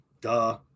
Duh